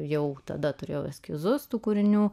jau tada turėjau eskizus tų kūrinių